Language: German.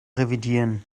revidieren